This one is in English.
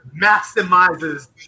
maximizes